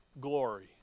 Glory